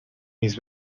mis